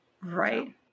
Right